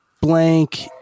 blank